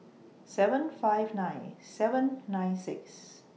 seven five nine seven nine six